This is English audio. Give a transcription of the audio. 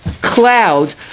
cloud